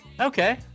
Okay